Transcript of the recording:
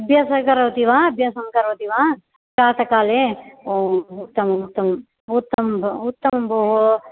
अभ्यासं करोति वा अभ्यासं करोति वा प्रातःकाले ओ उत्तमम् उत्तमम् उत्तमं भो उत्तमं भोः